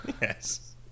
Yes